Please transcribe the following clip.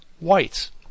whites